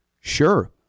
Sure